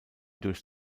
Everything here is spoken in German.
durch